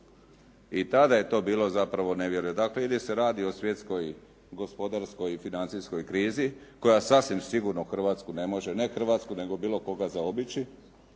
i tada je to bilo zapravo nevjerojatno. Ili se radi o svjetskoj gospodarskoj i financijskoj krizi koja sasvim sigurno Hrvatsku ne može, ne Hrvatsku nego bilo koga zaobići,